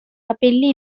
capelli